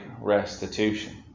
restitution